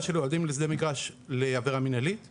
של אוהדים לשדה מגרש לעבירה מנהלתית